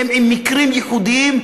הן מקרים ייחודיים,